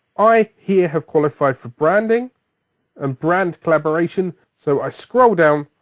i here have qualified for branding and brand collaboration. so i scroll down,